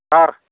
sir